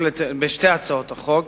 בשתי הצעות החוק,